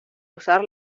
usar